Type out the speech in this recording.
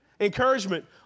encouragement